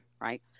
right